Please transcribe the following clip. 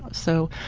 so,